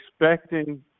expecting